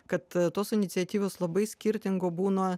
kad tos iniciatyvos labai skirtingų būna